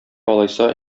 алайса